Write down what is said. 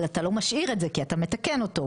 אבל אתה לא משאיר את זה כי אתה מתקן אותו,